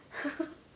haha